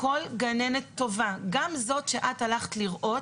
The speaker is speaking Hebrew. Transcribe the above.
כל גננת טובה, גם זאת שאת הלכת לראות,